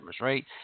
right